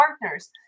partners